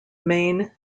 main